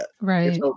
Right